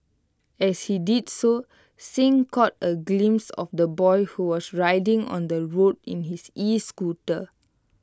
as he did so Singh caught A glimpse of the boy who was riding on the road in his escooter